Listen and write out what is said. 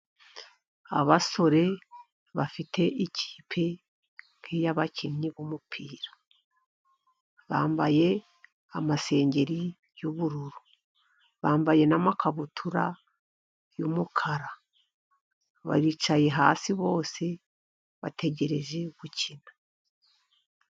Abasore bafite ikipe nk'iy'abakinnyi b'umupira. Bambaye amasengeri y'ubururu, bambaye n'amakabutura y'umukara. Baricaye hasi bose bategereje gukina.